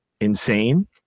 insane